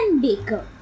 baker